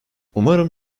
umarım